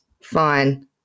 fine